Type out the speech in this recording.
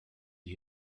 die